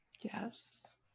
Yes